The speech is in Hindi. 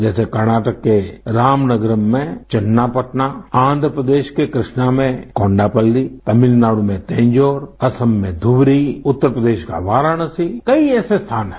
जैसे कर्नाटक के रामनगरम में चन्नापटना आन्ध्र प्रदेश के कृष्णा में कोंडापल्ली तमिलनाडु में तंजौर असम में ध्रेबरी उत्तर प्रदेश का वाराणसी कई ऐसे स्थान हैं